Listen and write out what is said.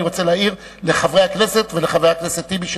אני רוצה להעיר לחברי הכנסת ולחבר הכנסת טיבי,